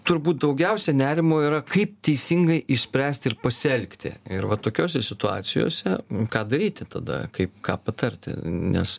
turbūt daugiausia nerimo yra kaip teisingai išspręsti ir pasielgti ir vat tokiose situacijose ką daryti tada kaip ką patarti nes